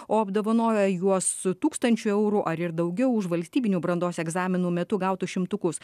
o apdovanoja juos su tūkstančiu eurų ar ir daugiau už valstybinių brandos egzaminų metu gautus šimtukus